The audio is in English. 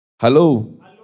Hello